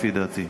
לפי דעתי.